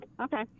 okay